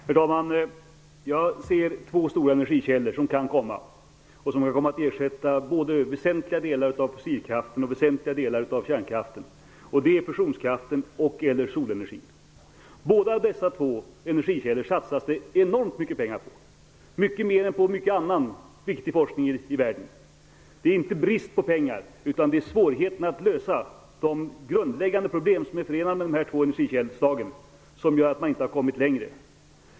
Herr talman! Jag ser två stora energikällor som kan komma att ersätta väsentliga delar av både fossilkraft och kärnkraft. Det är fusionskraft och solenergi. Det satsas enormt mycket pengar på dessa två energikällor, mer än på mycket annan viktig forskning i världen. Det är inte brist på pengar. Det är svårigheten att lösa de grundläggande problem som är förenade med dessa två energislag som gör att man inte kommit längre.